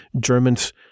Germans